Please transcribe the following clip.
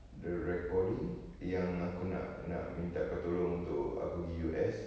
the recording yang aku nak nak minta kau tolong untuk aku pergi U_S